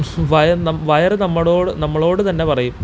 wire നമ്മളോട് നമ്മളോട് തന്നെ പറയും